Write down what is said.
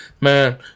man